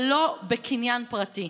ולא בקניין פרטי.